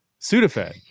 Sudafed